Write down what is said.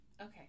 Okay